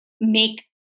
make